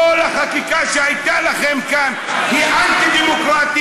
כל החקיקה שהייתה לכם כאן היא אנטי-דמוקרטית,